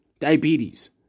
Diabetes